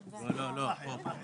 גם האופוזיציה וגם הקואליציה,